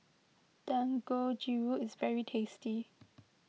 Dangojiru is very tasty